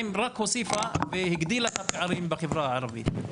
תוכנית 922 רק הוסיפה והגדילה את הפערים בחברה הערבית.